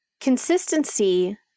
Consistency